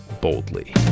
boldly